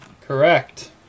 Correct